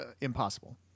impossible